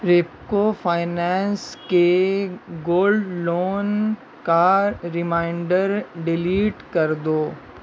Repco finance کے gold loan کا reminder delete کر دو